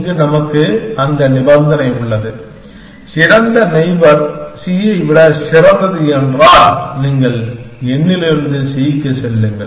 இங்கு நமக்கு அந்த நிபந்தனை உள்ளது சிறந்த நெய்பர் c ஐ விட சிறந்தது என்றால் நீங்கள் n இலிருந்து c க்கு செல்லுங்கள்